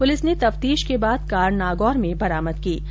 police ने तफ्तीश के बाद कार नागौर में बरामद कर ली